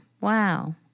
Wow